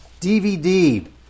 DVD